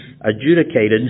adjudicated